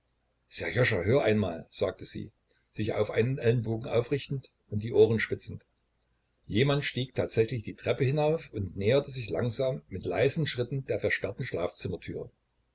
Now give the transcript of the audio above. sserjoscha hör einmal sagte sie sich auf einen ellenbogen aufrichtend und die ohren spitzend jemand stieg tatsächlich die treppe hinauf und näherte sich langsam mit leisen schritten der versperrten schlafzimmertüre